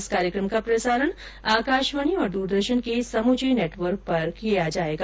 इस कार्यक्रम का प्रसारण आकाशवाणी और दूरदर्शन के समूचे नेटवर्क पर किया जाएगा